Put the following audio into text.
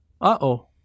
Uh-oh